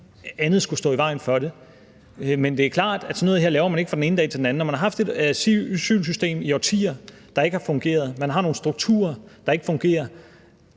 andet skulle stå i vejen for det. Men det er klart, at sådan noget her laver man ikke fra den ene dag til den anden. Når man har haft et asylsystem i årtier, der ikke har fungeret, når man har nogle strukturer, der ikke fungerer,